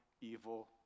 evil